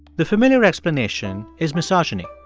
the familiar explanation is misogyny.